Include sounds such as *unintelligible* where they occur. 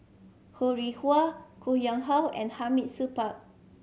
Ho Rih Hwa Koh *unintelligible* How and Hamid Supaat